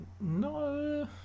No